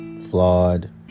flawed